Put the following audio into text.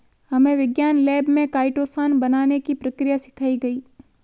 हमे विज्ञान लैब में काइटोसान बनाने की प्रक्रिया सिखाई गई